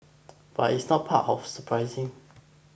but it's not the part of surprising